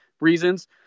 reasons